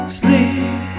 sleep